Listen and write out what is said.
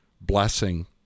blessing